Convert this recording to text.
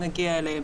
שנגיע אליהם.